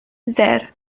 zero